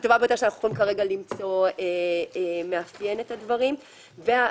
שהוא מאפיין את הדברים בצורה הטובה ביותר.